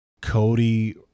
Cody